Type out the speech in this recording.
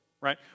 right